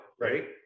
Right